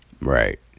Right